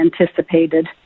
anticipated